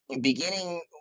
beginning